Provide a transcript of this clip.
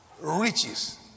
riches